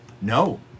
No